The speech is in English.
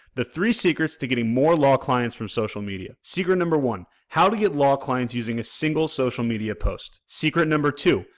the three secrets to getting more law clients from social media. secret number one, how to get law clients using a single social media post? secret number two,